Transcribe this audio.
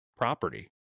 property